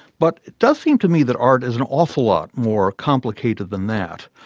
but it does seem to me that art is an awful lot more complicated than that.